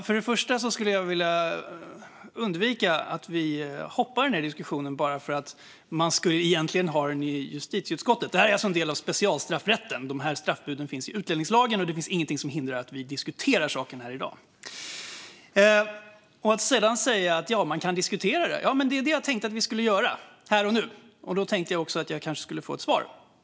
Fru talman! Först och främst vill jag undvika att vi hoppar diskussionen bara för att den egentligen ska hållas i justitieutskottet. Det här är en del av specialstraffrätten. Straffbuden finns i utlänningslagen, och det finns ingenting som hindrar att vi diskuterar saken i dag. Ja, jag tänkte att vi ska diskutera frågan här och nu. Och då tänkte jag att jag kan få ett svar.